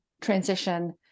transition